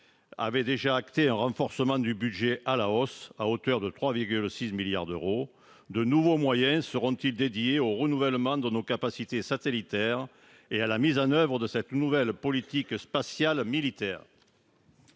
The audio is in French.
avait déjà acté un renforcement du budget de la défense, qui doit augmenter à hauteur de 3,6 milliards d'euros. De nouveaux moyens seront-ils dédiés au renouvellement de nos capacités satellitaires et à la mise en oeuvre de cette nouvelle politique spatiale militaire ?